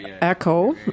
Echo